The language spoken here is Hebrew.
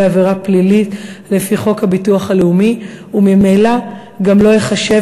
עבירה פלילית לפי חוק הביטוח הלאומי וממילא גם לא ייחשב